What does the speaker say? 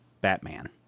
Batman